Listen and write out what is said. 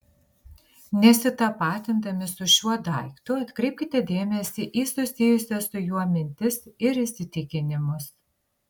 nesitapatindami su šiuo daiktu atkreipkite dėmesį į susijusias su juo mintis ir įsitikinimus